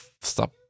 stop